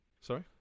Sorry